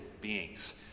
beings